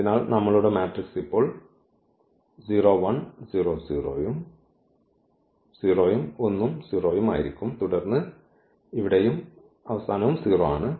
അതിനാൽ നമ്മളുടെ മാട്രിക്സ് ഇപ്പോൾ 0 ഉം 1 ഉം 0 ആയിരിക്കും തുടർന്ന് ഇവിടെയും ഈ 0 ആണ്